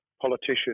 politician